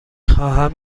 خواهم